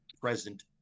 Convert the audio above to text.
present